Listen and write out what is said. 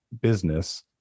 business